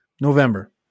November